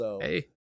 Hey